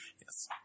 Yes